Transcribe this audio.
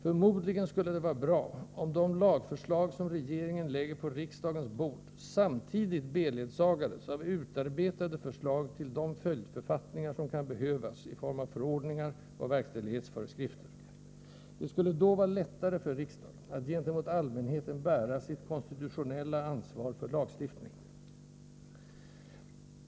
Förmodligen skulle det vara bra om de lagförslag som regeringen lägger på riksdagens bord beledsagades av utarbetade förslag till de följdförfattningar som kan behövas i form av förordningar och verkställighetsföreskrifter. Det skulle då vara lättare för riksdagen att gentemot allmänheten bära sitt konstitutionella ansvar för lagstiftningen.